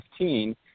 2015